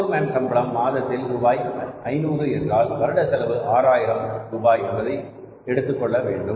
போர் man சம்பளம் மாதம் ரூபாய் 500 என்றால் வருட செலவு 6000 ரூபாய் என்பதை எடுத்துக்கொள்ள வேண்டும்